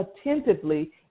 attentively